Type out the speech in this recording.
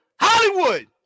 Hollywood